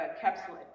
capsule